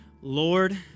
Lord